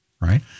right